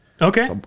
Okay